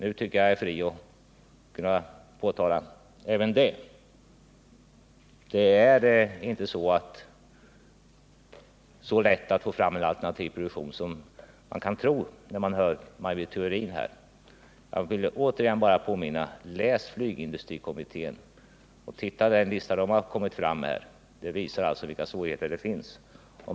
Nu anser jag mig fri att göra det här påpekandet. Det är inte så lätt att få fram en alternativ produktion som man kan tro när man hör Maj Britt Theorin här. Jag vill återigen bara påminna: Läs vad flygindustrikommittén kommit fram till! Det visar vilka svårigheter som finns.